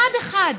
אחד-אחד,